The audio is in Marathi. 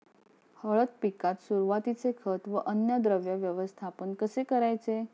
हळद पिकात सुरुवातीचे खत व अन्नद्रव्य व्यवस्थापन कसे करायचे?